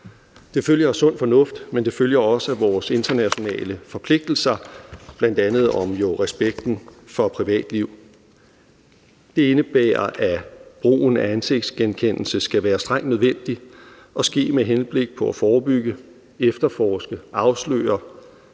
Det følger af sund fornuft, men det følger også af vores internationale forpligtelser, bl.a. respekten for privatliv. Det indebærer, at brugen af ansigtsgenkendelse skal være strengt nødvendig og ske med henblik på at forebygge, efterforske, afsløre